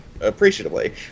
appreciatively